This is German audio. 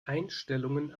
einstellungen